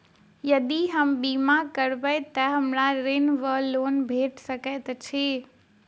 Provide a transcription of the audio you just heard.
यदि हम बीमा करबै तऽ हमरा ऋण वा लोन भेट सकैत अछि?